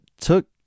took